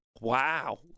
Wow